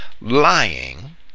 lying